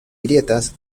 grietas